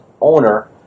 owner